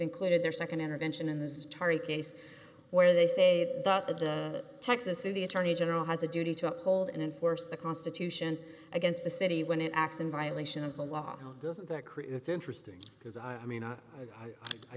included their nd intervention in this case where they say that the texas city attorney general has a duty to uphold and enforce the constitution against the city when it acts in violation of the law doesn't that create it's interesting because i mean i